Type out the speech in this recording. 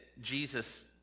Jesus